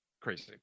crazy